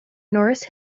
norris